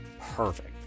perfect